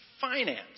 Finance